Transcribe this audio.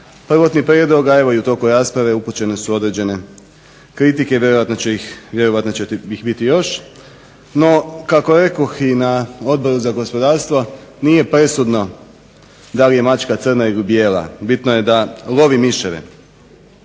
prvotni prijedlog, a evo i u toku rasprave upućene su određene kritike, vjerojatno će ih biti još. No, kako rekoh i na Odboru za gospodarstvo nije presudno da li je mačka crna ili bijela, bitno je da lovi miševe.